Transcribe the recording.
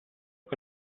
che